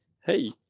hey